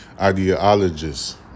ideologists